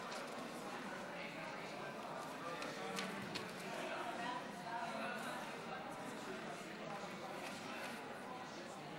ההצעה להעביר את הצעת חוק הרשויות המקומיות (בחירות)